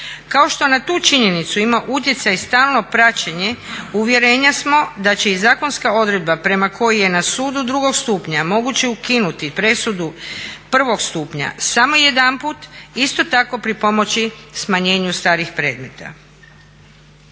Kao što na tu činjenicu ima utjecaj stalno praćenje uvjerenja smo da će i zakonska odredba prema kojoj je na sudu drugog stupnja moguće ukinuti presudu prvog stupnja samo jedanput isto tako pripomoći smanjenju starih predmeta.